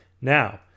Now